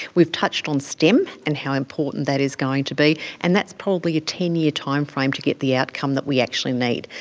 we've touched on stem and how important that is going to be, and that's probably a ten year timeframe to get the outcome that we actually need.